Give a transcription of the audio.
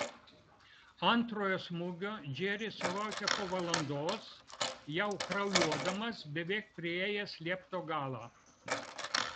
antrojo smūgio džeris sulaukė po valandos jau kraujuodamas beveik priėjęs liepto galą